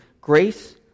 grace